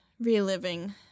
reliving